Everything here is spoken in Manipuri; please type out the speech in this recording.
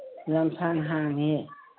ꯌꯥꯝ ꯁꯥꯡ ꯍꯥꯡꯉꯦ